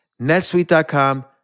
netsuite.com